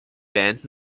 band